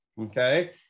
okay